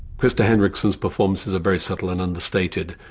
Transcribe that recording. krister henriksson's performances are very subtle and understated,